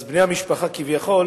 ואז בני המשפחה כביכול